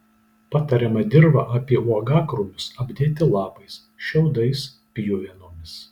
patariama dirvą apie uogakrūmius apdėti lapais šiaudais pjuvenomis